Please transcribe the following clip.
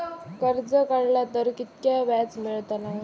कर्ज काडला तर कीतक्या व्याज मेळतला?